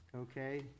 Okay